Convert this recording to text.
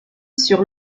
sur